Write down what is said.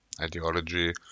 ideology